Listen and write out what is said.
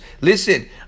Listen